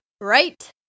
right